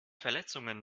verletzungen